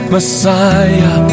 Messiah